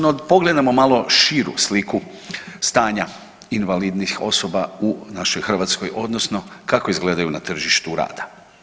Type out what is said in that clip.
No, pogledajmo malo širu sliku stanja invalidnih osoba u našoj Hrvatskoj, odnosno kako izgledaju na tržištu rada.